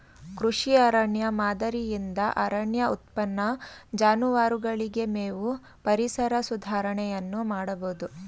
ಕೃಷಿ ಅರಣ್ಯ ಮಾದರಿಯಿಂದ ಅರಣ್ಯ ಉತ್ಪನ್ನ, ಜಾನುವಾರುಗಳಿಗೆ ಮೇವು, ಪರಿಸರ ಸುಧಾರಣೆಯನ್ನು ಮಾಡಬೋದು